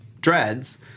dreads